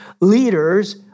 leaders